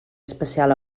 espacial